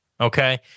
okay